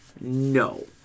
No